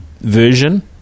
version